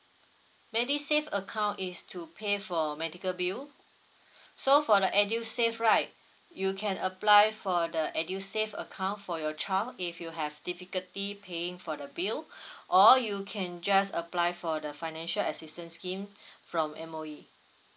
medisave account is to pay for medical bill so for the edusave right you can apply for the edusave account for your child if you have difficulty paying for the bill or you can just apply for the financial assistance scheme from M_O_E